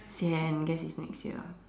sian guess it's next year